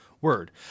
word